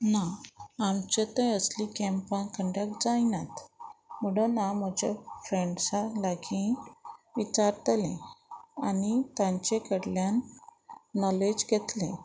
ना आमचे थंय असली कॅम्पां कंडक्ट जायनात म्हणून हांव म्हज्या फ्रेंड्सा लागीं विचारतलें आनी तांचे कडल्यान नॉलेज घेतलें